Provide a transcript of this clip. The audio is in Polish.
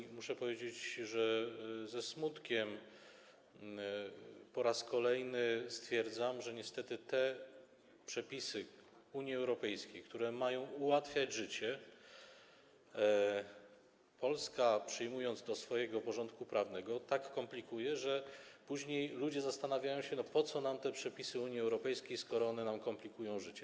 I muszę powiedzieć, że ze smutkiem po raz kolejny stwierdzam, że niestety te przepisy Unii Europejskiej, które mają ułatwiać życie, Polska, przyjmując do swojego porządku prawnego, tak komplikuje, że później ludzie zastanawiają się, po co nam te przepisy Unii Europejskiej, skoro one nam komplikują życie.